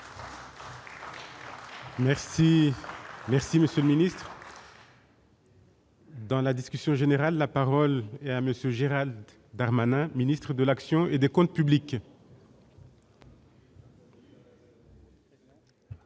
Merci, merci Monsieur le ministre. Dans la discussion générale, la parole est à monsieur Gérald Darmanin, ministre de l'action et des Comptes publics.